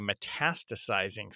metastasizing